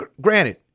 granted